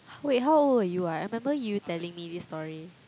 wait how old were you ah I I remember you telling me this story